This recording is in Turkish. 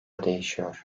değişiyor